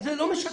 זה לא משקף.